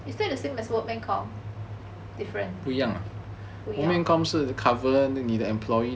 is that the same as workman comp different 不一样 ah